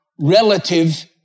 relative